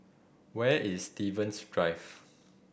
where is Stevens Drive